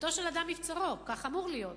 ביתו של אדם מבצרו, כך אמור להיות.